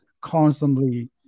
constantly